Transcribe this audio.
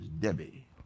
Debbie